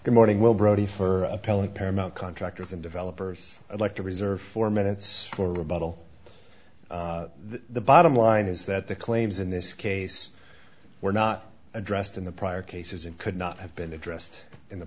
good morning will brody for appellate paramount contractors and developers i'd like to reserve four minutes for rebuttal the bottom line is that the claims in this case were not addressed in the prior cases and could not have been addressed in the